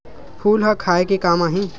फूल ह खाये के काम आही?